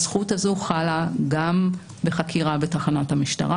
הזכות הזו חלה גם בחקירה בתחנת המשטרה